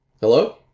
Hello